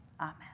Amen